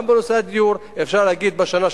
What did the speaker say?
גם בנושא הדיור אפשר להגיד שבשנה,